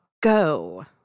go